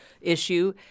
issue